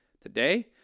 today